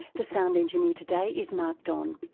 the sound engineer today is mark don,